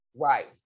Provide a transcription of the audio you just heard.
Right